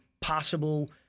possible